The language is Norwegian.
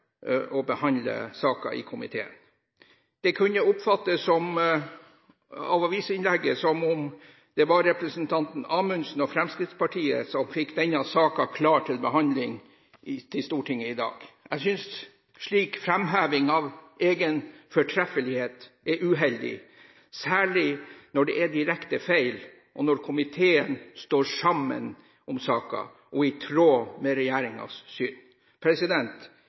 behandle saken i komiteen. I avisinnlegget kunne det oppfattes som om det var representanten Amundsen og Fremskrittspartiet som fikk denne saken klar til behandling til Stortinget i dag. Jeg synes slik framheving av egen fortreffelighet er uheldig, særlig når det er direkte feil, og når komiteen står sammen om saken, i tråd med regjeringens syn.